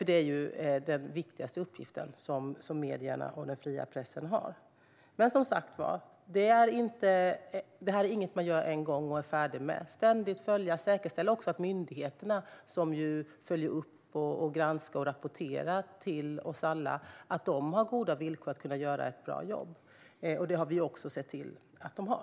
Det är ju den viktigaste uppgiften som medierna och den fria pressen har. Men det här är som sagt inget man gör en gång och sedan är färdig med. Vi måste ständigt följa det och även säkerställa att myndigheterna som följer upp och granskar och rapporterar till oss alla har goda villkor för att göra ett bra jobb. Det har vi också sett till att de har.